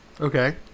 Okay